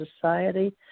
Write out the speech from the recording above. society